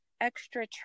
extra